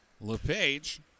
LePage